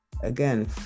again